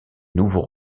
nouveau